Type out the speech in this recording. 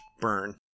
burn